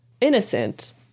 innocent